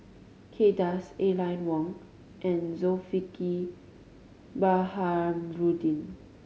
Kay Das Aline Wong and Zulkifli Baharudin